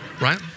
Right